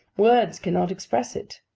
words cannot express it.